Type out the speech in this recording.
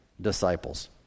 disciples